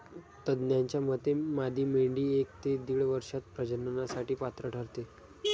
तज्ज्ञांच्या मते मादी मेंढी एक ते दीड वर्षात प्रजननासाठी पात्र ठरते